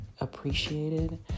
appreciated